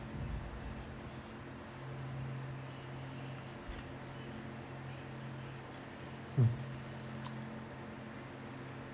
mm